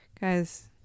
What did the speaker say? guys